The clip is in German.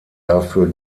dafür